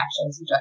actions